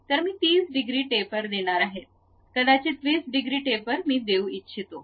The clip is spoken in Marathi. तर मी 30० डिग्री टेपर देणार आहे कदाचित २० डिग्री टेपर मी देऊ इच्छितो